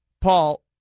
Paul